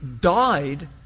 died